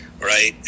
right